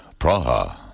Praha